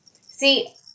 see